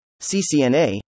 CCNA